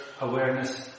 Awareness